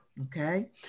okay